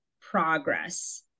progress